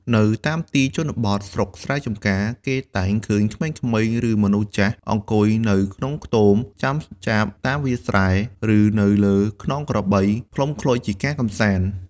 នៅតាមទីជនបទ ស្រុកស្រែចម្ការ គេតែងឃើញក្មេងៗ ឬមនុស្សចាស់ អង្គុយនៅក្នុងខ្ទមចាំចាបតាមវាលស្រែ ឬនៅលើខ្នងក្របី ផ្លុំខ្លុយជាការកម្សាន្ត។